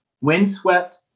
windswept